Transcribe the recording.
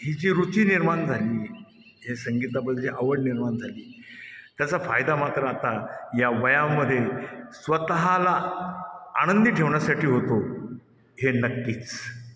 ही जी रुची निर्माण झाली हे संगीताबद्दल आवड निर्माण झाली त्याचा फायदा मात्र आता या वयामध्ये स्वतःला आनंदी ठेवण्यासाठी होतो हे नक्कीच